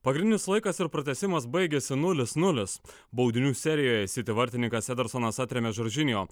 pagrindinis laikas ir pratęsimas baigėsi nulis nulis baudinių serijoje siti vartininkas edisonas atrėmė žuržinjo